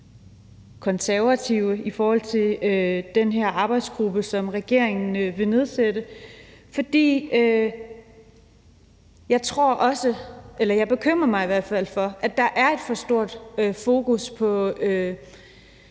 Konservative bekymret i forhold til den her arbejdsgruppe, som regeringen vil nedsætte, for jeg bekymrer mig i hvert fald for, at der er et for stort fokus på